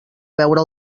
veure